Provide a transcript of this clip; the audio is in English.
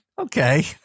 Okay